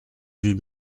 huit